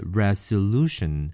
resolution